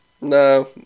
No